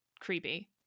creepy